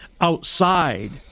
outside